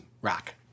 Rock